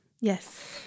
Yes